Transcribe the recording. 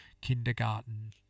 kindergarten